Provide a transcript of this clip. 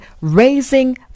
raising